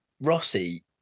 rossi